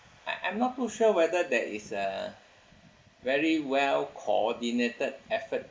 I I'm not too sure whether that is a very well-coordinated effort